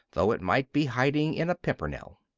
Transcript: though it might be hiding in a pimpernel.